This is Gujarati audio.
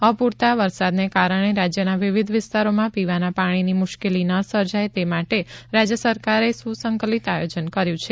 અપૂરતા વરસાદને કારણે રાજ્યના વિવિધ વિસ્તારોમાં પીવાના પાણીની મુશ્કેલી ન સર્જાય તે માટે રાજ્ય સરકારે સુસંકલીત આયોજન કર્યુ છે